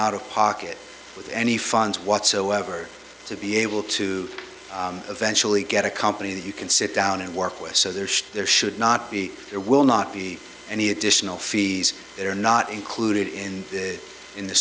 out of pocket with any funds whatsoever to be able to eventually get a company that you can sit down and work with so there should there should not be there will not be any additional fees that are not included in in the